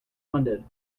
funded